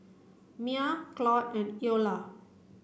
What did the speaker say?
Miah Claud and Eola